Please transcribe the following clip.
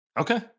okay